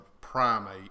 primate